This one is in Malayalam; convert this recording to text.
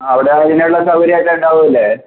ആ അവിടെ അതിനുള്ള സൗകര്യം എല്ലാം ഉണ്ടാവൂല്ലേ